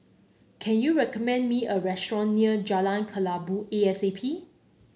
can you recommend me a restaurant near Jalan Kelabu E A C P